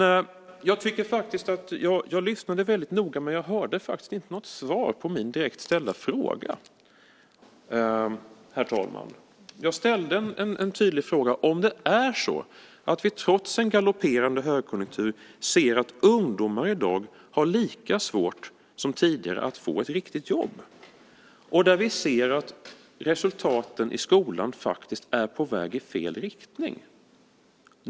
Jag lyssnade väldigt noga men kunde inte höra något svar på min direkt ställda fråga. Jag ställde en tydlig fråga om det är så att vi trots en galopperande högkonjunktur ser att ungdomar i dag har lika svårt som tidigare att få ett riktigt jobb och att vi ser att resultaten i skolan faktiskt är på väg i fel riktning.